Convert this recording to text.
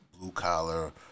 blue-collar